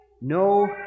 No